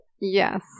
Yes